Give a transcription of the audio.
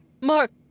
Mark